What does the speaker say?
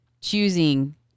choosing